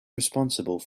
responsible